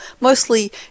mostly